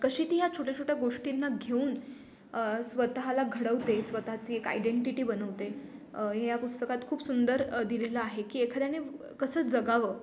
कशी ती ह्या छोट्या छोट्या गोष्टींना घेऊन स्वतःला घडवते स्वतःची एक आयडेंटिटी बनवते हे या पुस्तकात खूप सुंदर दिलेलं आहे की एखाद्याने कसं जगावं